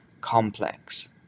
complex